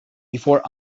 before